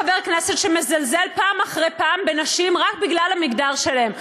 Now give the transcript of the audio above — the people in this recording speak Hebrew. חבר כנסת שמזלזל פעם אחרי פעם בנשים רק בגלל המגדר שלהן,